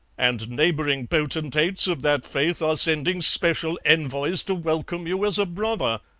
and neighbouring potentates of that faith are sending special envoys to welcome you as a brother.